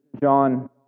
John